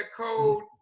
code